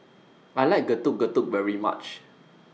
I like Getuk Getuk very much